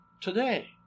today